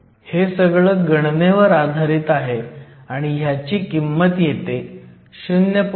हे सगळं गणनेवर आधारित आहे आणि ह्याची किंमत येते 0